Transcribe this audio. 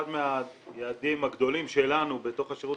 אחד מהיעדים הגדולים שלנו בתוך השירות